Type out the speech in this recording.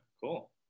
Cool